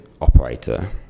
operator